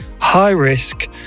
high-risk